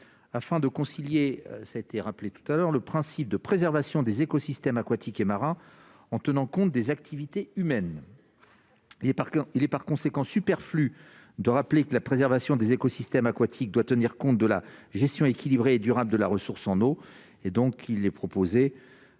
afin de concilier ça a été rappelé tout à l'heure, le principe de préservation des écosystèmes aquatiques et marins en tenant compte des activités humaines il par coeur, il est par conséquent superflu de rappeler que la préservation des écosystèmes aquatiques doit tenir compte de la gestion équilibrée et durable de la ressource en eau et donc il est proposé